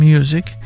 Music